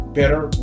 better